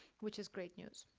which is great news.